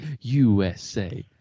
usa